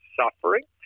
suffering